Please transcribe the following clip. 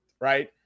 right